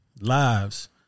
lives